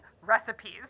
recipes